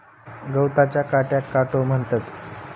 गवताच्या काट्याक काटो म्हणतत